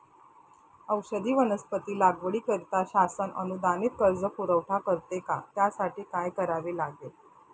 औषधी वनस्पती लागवडीकरिता शासन अनुदानित कर्ज पुरवठा करते का? त्यासाठी काय करावे लागेल?